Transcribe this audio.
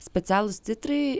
specialūs titrai